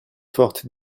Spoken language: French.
forte